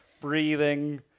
breathing